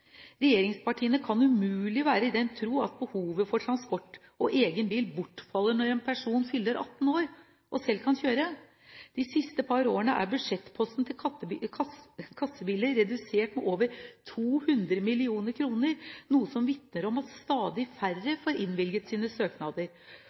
Regjeringspartiene kan umulig være i den tro at behovet for transport og egen bil bortfaller når en person fyller 18 år og selv kan kjøre. De siste par årene er budsjettposten til kassebiler redusert med over 200 mill. kr, noe som vitner om at stadig færre